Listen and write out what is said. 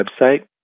website